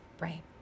Right